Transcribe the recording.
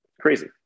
crazy